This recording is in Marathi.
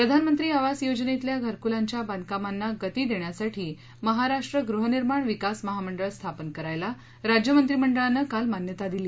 प्रधानमंत्री आवास योजनेतल्या घरक्लांच्या बांधकामांना गती देण्यासाठी महाराष्ट्र गृहनिर्माण विकास महामंडळ स्थापन करायला राज्य मंत्रिमंडळानं काल मान्यता दिली